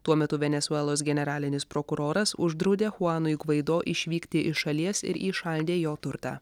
tuo metu venesuelos generalinis prokuroras uždraudė chuanui gvaido išvykti iš šalies ir įšaldė jo turtą